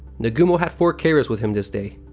nagumo had four carriers with him this day.